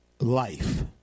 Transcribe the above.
life